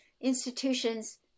institutions